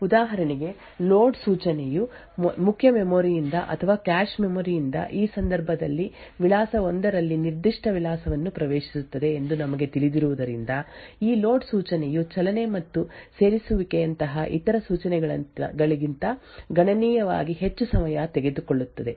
ಉದಾಹರಣೆಗೆ ಲೋಡ್ ಸೂಚನೆಯು ಮುಖ್ಯ ಮೆಮೊರಿ ಯಿಂದ ಅಥವಾ ಕ್ಯಾಶ್ ಮೆಮೊರಿ ಯಿಂದ ಈ ಸಂದರ್ಭದಲ್ಲಿ ವಿಳಾಸ 1 ರಲ್ಲಿ ನಿರ್ದಿಷ್ಟ ವಿಳಾಸವನ್ನು ಪ್ರವೇಶಿಸುತ್ತದೆ ಎಂದು ನಮಗೆ ತಿಳಿದಿರುವುದರಿಂದ ಈ ಲೋಡ್ ಸೂಚನೆಯು ಚಲನೆ ಮತ್ತು ಸೇರಿಸುವಿಕೆಯಂತಹ ಇತರ ಸೂಚನೆಗಳಿಗಿಂತ ಗಣನೀಯವಾಗಿ ಹೆಚ್ಚು ಸಮಯ ತೆಗೆದುಕೊಳ್ಳುತ್ತದೆ